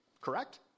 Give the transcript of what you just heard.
Correct